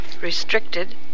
restricted